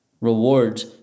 rewards